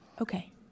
Okay